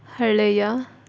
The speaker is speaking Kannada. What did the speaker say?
ಹಳೆಯ